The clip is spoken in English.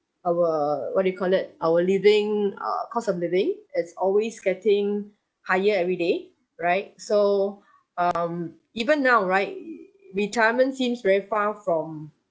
our what do you call it our living err cost of living it's always getting higher every day right so um even now right retirement seems very far from